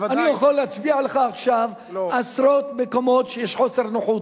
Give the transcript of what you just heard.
אני יכול להצביע לך עכשיו על עשרות מקומות שיש חוסר נוחות.